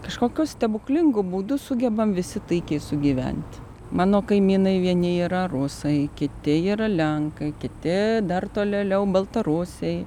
kažkokiu stebuklingu būdu sugebam visi taikiai sugyventi mano kaimynai vieni yra rusai kiti yra lenkai kiti dar tolėliau baltarusiai